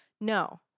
No